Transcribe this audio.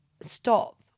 stop